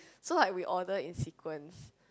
so like we ordered in sequences